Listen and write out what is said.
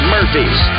Murphy's